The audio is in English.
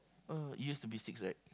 oh used to be six right